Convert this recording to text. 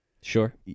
Sure